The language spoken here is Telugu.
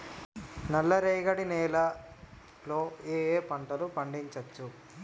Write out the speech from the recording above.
నల్లరేగడి నేల లో ఏ ఏ పంట లు పండించచ్చు?